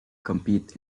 compete